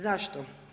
Zašto?